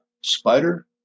Spider